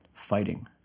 fighting